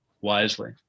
wisely